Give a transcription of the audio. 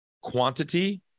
quantity